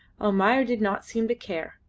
almayer did not seem to care,